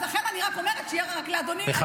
לכן אני רק אומרת שיהיה רק לאדוני היו"ר,